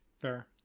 Fair